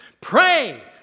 Pray